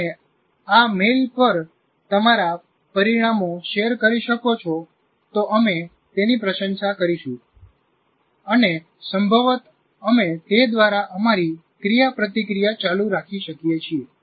જો તમે આ મેઇલ પર તમારા પરિણામો શેર કરી શકો છો તો અમે તેની પ્રશંસા કરીશું અને સંભવત અમે તે દ્વારા અમારી ક્રિયાપ્રતિક્રિયા ચાલુ રાખી શકીએ છીએ